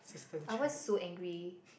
I was so angry